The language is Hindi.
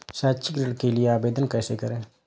शैक्षिक ऋण के लिए आवेदन कैसे करें?